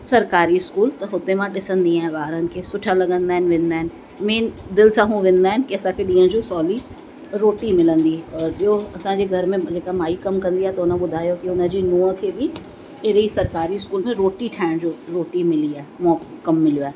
सरकारी इस्कूल हुते मां ॾिसंदी आहियां ॿारनि खे सुठा लॻंदा आहिनि वेंदा आहिनि मेन दिलि सां हू वेंदा आहिनि कि असांखे ॾींहं जो सवली रोटी मिलंदी और ॿियों असांजे घर में जेका माई कमु कंदी आहे त हुन ॿुधायो कि हुनजी नुंहुं खे बि अहिड़ी सरकारी स्कूल में रोटी ठाहिण जो रोटी मिली आहे कमु मिलियो आहे